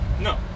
No